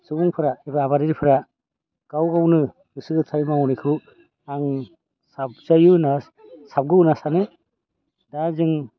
सुबुंफोरा एबा आबादारिफोरा गाव गावनो गोसो गोथारै मावनायखौ आं साबजायो होनना साबगौ होनना सानो दा जों